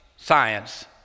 science